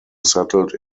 settled